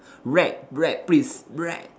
rap rap please rap